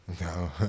No